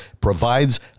provides